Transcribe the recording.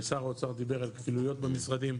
שר האוצר דיבר על כפילויות במשרדים,